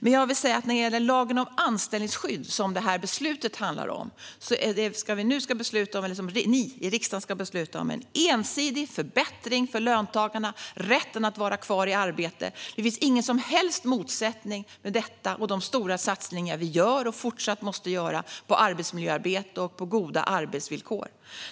När det gäller ändringen i lagen om anställningsskydd som riksdagen nu ska besluta om handlar det om en ensidig förbättring för löntagarna av rätten att vara kvar i arbete. Det finns ingen som helst motsättning mellan detta och de stora satsningar vi gör och fortsatt måste göra på arbetsmiljöarbete och goda arbetsvillkor.